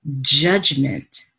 judgment